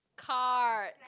cards